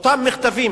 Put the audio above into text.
אותם מכתבים.